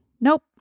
Nope